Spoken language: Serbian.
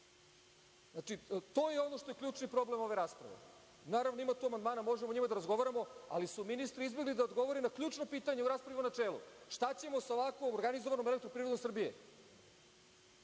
Znači, to je ono što je ključni problem ove rasprave. Naravno, ima tu amandmana, možemo o njima da razgovaramo, ali su ministri izbegli da odgovore na ključno pitanje u raspravi u načelu – šta ćemo sa ovako organizovanom „Elektroprivredom Srbije“?